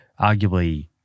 arguably